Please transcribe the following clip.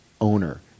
owner